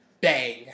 bang